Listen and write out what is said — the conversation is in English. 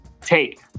Take